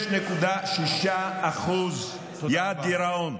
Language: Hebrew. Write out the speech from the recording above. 6.6% יעד גרעון.